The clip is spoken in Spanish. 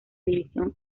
división